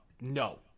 no